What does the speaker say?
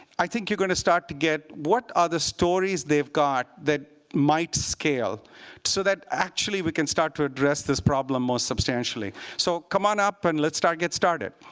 i think you're going to start to get what other stories they've got that might scale so that actually we can start to address this problem more substantially. so come on up and let's get started.